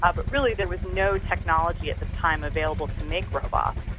ah but really there was no technology at the time available to make robots.